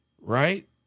right